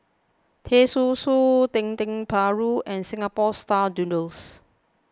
Teh Susu Dendeng Paru and Singapore Style Noodles